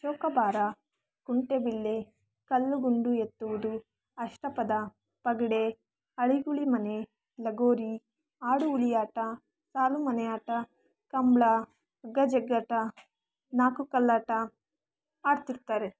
ಚೌಕಾಬಾರ ಕುಂಟೆ ಬಿಲ್ಲೆ ಕಲ್ಲು ಗುಂಡು ಎತ್ತುವುದು ಅಷ್ಟಪದ ಪಗಡೆ ಅಳಿಗುಳಿ ಮನೆ ಲಗೋರಿ ಆಡು ಹುಲಿ ಆಟ ಕಾಲು ಮನೆ ಆಟ ಕಂಬಳ ಹಗ್ಗ ಜಗ್ಗಾಟ ನಾಲ್ಕು ಕಲ್ಲಾಟ ಆಡ್ತಿರ್ತಾರೆ